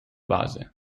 base